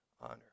honor